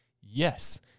Yes